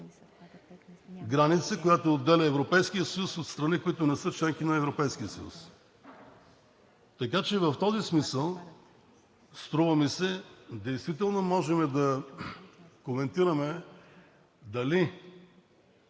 граница, която отделя Европейския съюз от страни, които не са членки на Европейския съюз. Така че в този смисъл струва ми се, действително можем да коментираме дали